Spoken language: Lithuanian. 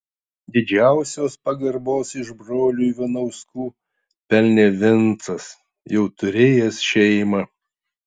didžiausios pagarbos iš brolių ivanauskų pelnė vincas jau turėjęs šeimą